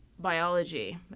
Biology